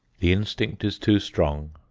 the instinct is too strong,